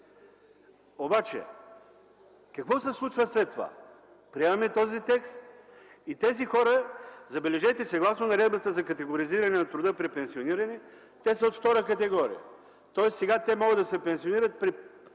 Какво се случва обаче след това? Приемаме този текст. Тези хора, забележете, съгласно Наредбата за категоризиране на труда при пенсиониране, са втора категория. Тоест сега те могат да се пенсионират при 15 години